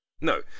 No